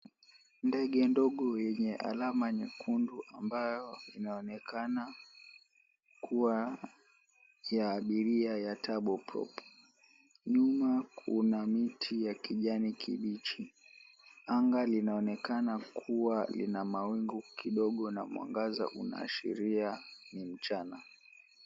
Ndege ndogo yenye alama nyekundu, ambayo inaonekana kuwa ya abiria ya Jambojet. Nyuma kuna miti ya kijani kibichi, anga linaonekana kuwa na mawingu kidogo, na mwangaza unaashiria kuwa ni mchana.